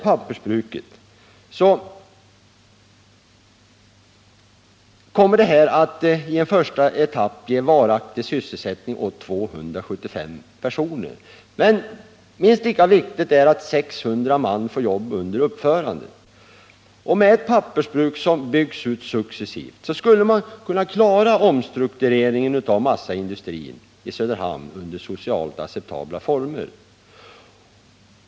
Pappersbruket kommer i en första etapp att ge varaktig sysselsättning åt 275 personer, men minst lika viktigt är att 600 man får jobb under uppförandet. Med ett pappersbruk som byggs ut successivt skulle man kunna klara omstruktureringen av massaindustrin i Söderhamn under socialt acceptabla former.